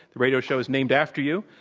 the radio show is named after you,